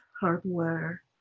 hardware